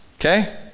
okay